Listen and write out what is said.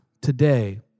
Today